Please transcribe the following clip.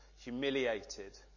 humiliated